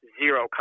zero